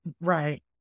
Right